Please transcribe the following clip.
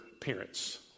parents